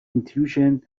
intuition